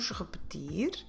repetir